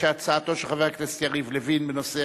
ההצעה להעביר את הצעת חוק המפלגות